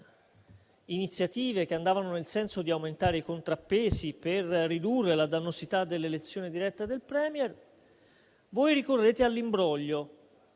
iniziative che andavano nel senso di aumentare i contrappesi per ridurre la dannosità dell'elezione diretta del *Premier*, voi ricorrete all'imbroglio